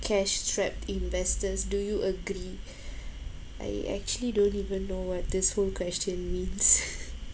cash-strapped investors do you agree I actually don't even know what this whole question means